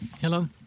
Hello